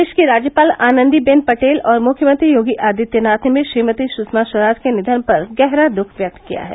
प्रदेश की राज्यपाल आनन्दीबेन पटेल और मुख्यमंत्री योगी आदित्नाथ ने भी श्रीमती सु ामा स्वराज पर गहरा दुख व्यक्त किया है